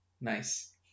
Nice